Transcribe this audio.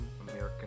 American